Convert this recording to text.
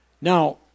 now